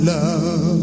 Love